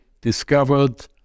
discovered